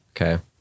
Okay